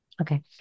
okay